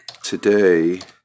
today